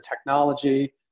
technology